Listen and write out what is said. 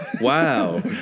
Wow